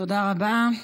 תודה רבה.